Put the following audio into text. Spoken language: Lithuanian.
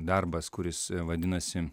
darbas kuris vadinasi